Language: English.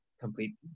complete